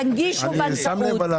תנגישו בנקאות,